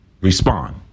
respond